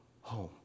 home